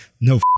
no